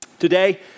Today